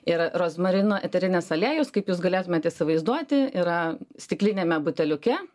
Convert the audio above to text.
ir rozmarino eterinis aliejus kaip jūs galėtumėt įsivaizduoti yra stikliniame buteliuke